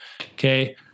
Okay